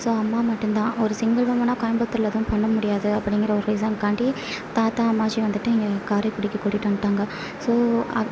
அம்மா மட்டும்தான் ஒரு சிங்கிள் உமனாக கோயம்பத்தூரில் ஒன்றும் பண்ண முடியாது அப்படிங்கிற ஒரு ரீசன்காண்டி தாத்தா அம்மாச்சி வந்துட்டு இங்கே காரைக்குடிக்கு கூட்டிட்டு வந்துட்டாங்க ஸோ